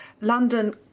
London